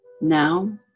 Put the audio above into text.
Now